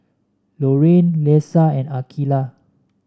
Loraine Lesa and Akeelah